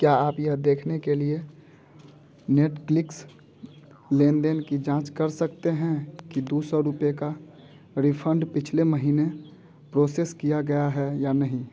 क्या आप यह देखने के लिए नेटक्लिक्स लेनदेन की जाँच कर सकते हैं कि दो सौ रुपये का रिफ़ंड पिछले महीने प्रोसेस किया गया है या नहीं